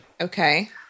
Okay